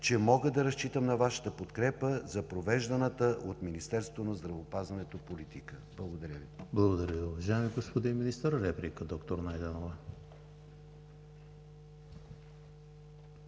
че мога да разчитам на Вашата подкрепа за провежданата от Министерството на здравеопазването политика. Благодаря Ви.